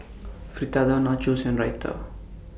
Fritada Nachos and Raita